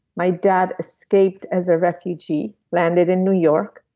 my dad escaped as a refugee landed in new york.